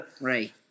Right